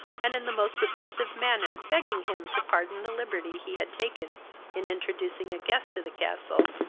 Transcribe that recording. and in the most submissive manner begging him to pardon the liberty he had taken in introducing a guest to the castle,